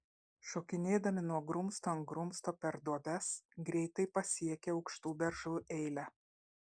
šokinėdami nuo grumsto ant grumsto per duobes greitai pasiekė aukštų beržų eilę